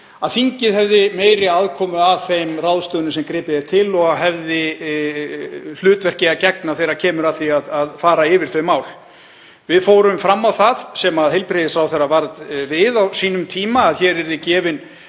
að þingið hafi meiri aðkomu að þeim ráðstöfunum sem gripið er til og hafi hlutverki að gegna þegar kemur að því að fara yfir þau mál. Við fórum fram á það, sem heilbrigðisráðherra varð við á sínum tíma, að hér yrði gefin